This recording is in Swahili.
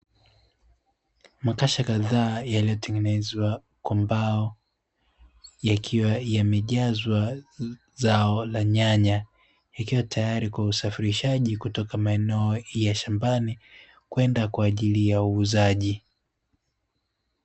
Makasha kadhaa yaliyotengenezwa kwa mbao, yakiwa yamejazwa zao la nyanya, yakiwa tayari kwa usafirishaji kutoka maeneo ya shambani, kwenda kwa ajili ya uuzaji.